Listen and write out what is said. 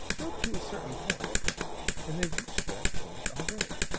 up to a certain point and they've reached that point already.